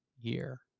year